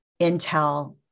Intel